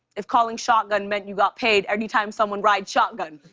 if calling shotgun meant you got paid anytime someone rides shotgun.